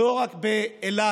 לא רק באילת